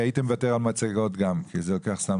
הייתי מוותר על מצגות כי זה לוקח סתם זמן.